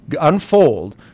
unfold